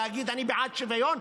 להגיד: אני בעד שוויון,